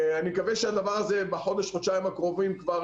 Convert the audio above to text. אני מקווה שהדבר הזה בחודש-חודשיים הקרובים כבר